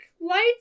lights